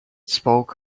spoke